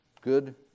Good